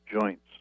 joints